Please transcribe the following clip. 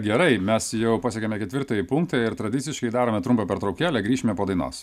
gerai mes jau pasiekėme ketvirtąjį punktą ir tradiciškai darome trumpą pertraukėlę grįšime po dainos